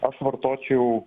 aš vartočiau